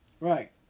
Right